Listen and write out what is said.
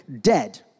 dead